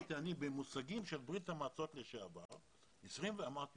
במושגים של ברית המועצות לשעבר, ממש מציאה.